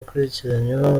ukurikiranyweho